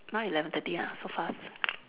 eleven thirty ha so fast